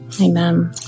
Amen